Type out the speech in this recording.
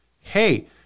hey